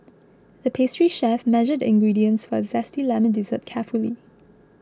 the pastry chef measured the ingredients for a Zesty Lemon Dessert carefully